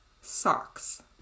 Socks